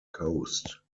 coast